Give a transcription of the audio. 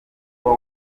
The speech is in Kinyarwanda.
kuba